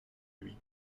lui